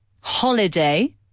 Holiday